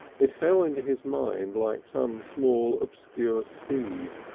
it fell into his mind like some small obscure seed,